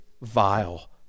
vile